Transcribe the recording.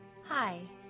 Hi